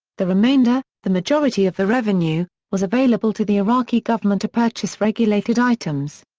the remainder, the majority of the revenue, was available to the iraqi government to purchase regulated items.